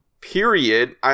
period